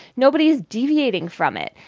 nobody is deviating from it.